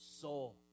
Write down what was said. soul